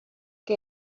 que